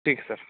ٹھیک ہے سر